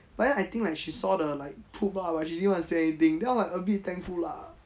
I think like she saw like the poo lah but she didn't want to say anything then I was like a bit thankful lah